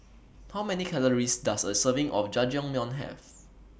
How Many Calories Does A Serving of Jajangmyeon Have